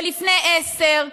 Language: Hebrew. ולפני עשר.